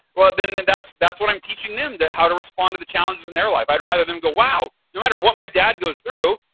well, then then that's that's what i'm teaching them to how to respond to the challenges in their life. i'd rather them go, wow. no matter what my dad goes through,